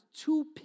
two